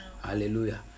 Hallelujah